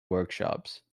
workshops